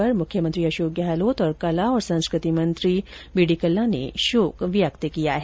उनके निधन पर मुख्यमंत्री अशोक गहलोत और कला और संस्कृति मंत्री बीडी कल्ला ने शोक व्यक्त किया है